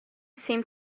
seemed